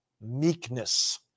meekness